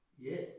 Yes